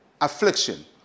affliction